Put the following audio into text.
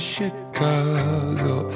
Chicago